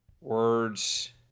Words